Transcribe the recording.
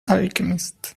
alchemist